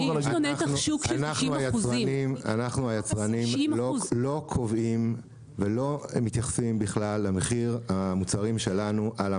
אנחנו היצרנים לא קובעים ולא מתייחסים בכלל למחיר המוצרים שלנו על המדף.